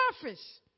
surface